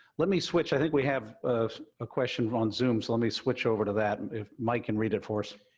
let me switch, i think we have a question on zoom, so let me switch over to that, if mike can read it for us.